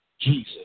Jesus